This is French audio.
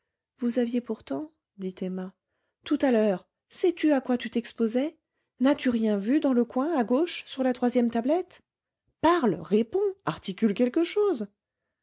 vous aviez pourtant dit emma tout à l'heure sais-tu à quoi tu t'exposais n'as-tu rien vu dans le coin à gauche sur la troisième tablette parle réponds articule quelque chose